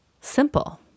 simple